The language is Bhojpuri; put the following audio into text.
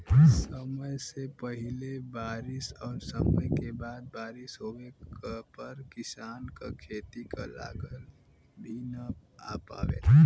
समय से पहिले बारिस और समय के बाद बारिस होवे पर किसान क खेती क लागत भी न आ पावेला